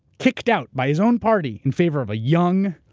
kicked out by his own party in favor of young,